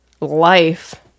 life